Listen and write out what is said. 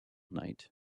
night